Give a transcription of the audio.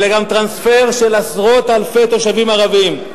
אלא גם טרנספר של עשרות אלפי תושבים ערבים.